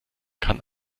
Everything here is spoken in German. kann